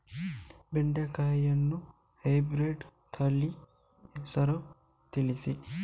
ಬೆಂಡೆಕಾಯಿಯ ಹೈಬ್ರಿಡ್ ತಳಿ ಹೆಸರು ತಿಳಿಸಿ?